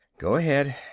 go ahead!